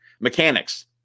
mechanics